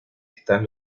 están